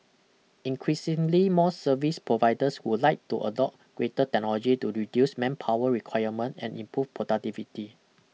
increasingly more service providers would like to adopt greater technology to reduce manpower requirement and improve productivity